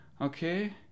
okay